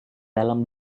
dalam